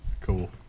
cool